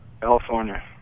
California